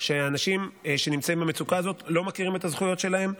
שאנשים שנמצאים במצוקה הזאת לא מכירים את הזכויות שלהם,